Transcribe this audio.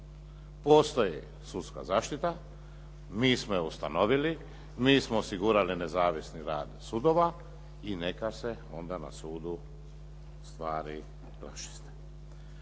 Postoje sudska zaštita, mi smo je ustanovili, mi smo osigurali nezavisni rad sudova i neka se onda na sudu stvari raščiste.